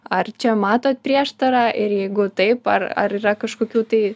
ar čia matot prieštarą ir jeigu taip ar ar yra kažkokių tai